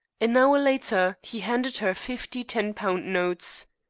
an hour later he handed her fifty ten-pound notes.